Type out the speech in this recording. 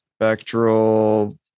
Spectral